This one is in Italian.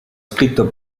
scritto